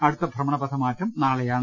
അടുത്ത ഭ്രമണപഥ മാറ്റം നാളെയാണ്